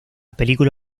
película